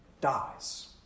dies